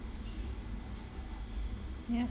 ya